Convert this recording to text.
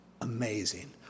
Amazing